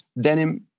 denim